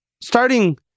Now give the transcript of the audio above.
starting